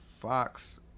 Fox